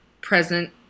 present